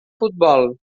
futbol